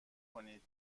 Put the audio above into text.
کنید